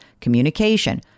communication